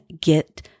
get